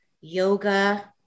yoga